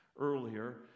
earlier